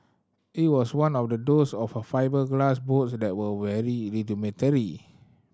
it was one of the those old fibreglass boat that were very rudimentary